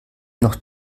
noch